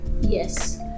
Yes